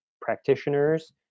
practitioners